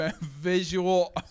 Visual